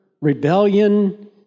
rebellion